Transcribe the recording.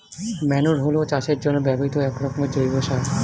manure হলো চাষের জন্য ব্যবহৃত একরকমের জৈব সার